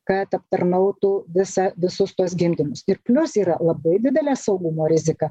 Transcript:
kad aptarnautų visą visus tuos gimdymus ir plius yra labai didelė saugumo rizika